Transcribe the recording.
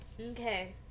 okay